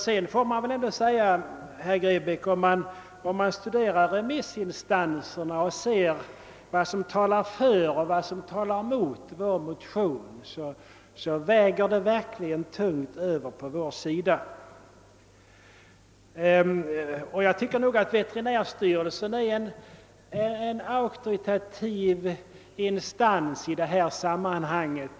Sedan får vi väl ändå säga, herr Grebäck, att om man studerar vad som talar för och emot vår motion i remissinstansernas yttranden, så väger det verkligen tungt över på vår sida. Jag tycker exempelvis att veterinärstyrelsen är en mycket auktoritativ instans i sammanhanget.